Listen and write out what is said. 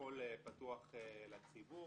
הכול פתוח לציבור.